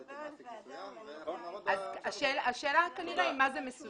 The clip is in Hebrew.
אצל מעסיק מסוים ואנחנו נעמוד ב- -- השאלה היא כנראה מה זה מסוים.